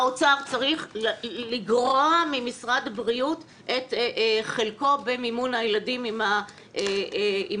האוצר צריך לגרוע ממשרד הבריאות את חלקו במימון הילדים עם האלרגיות.